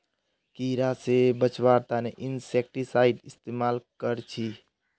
कीड़ा से बचावार तने इंसेक्टिसाइड इस्तेमाल कर छी